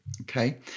okay